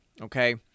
okay